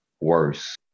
worse